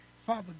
Father